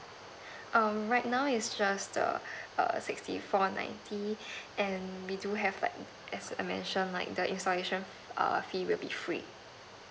err right now is just a err sixty four ninety and we do have like as I mentioned like the installation err free would be free